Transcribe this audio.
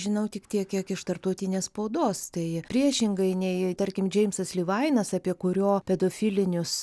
žinau tik tiek kiek iš tarptautinės spaudos tai priešingai nei tarkim džeimsas livainas apie kurio pedofilinius